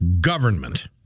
government